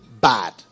bad